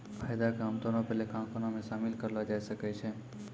फायदा के आमतौरो पे लेखांकनो मे शामिल करलो जाय सकै छै